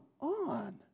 on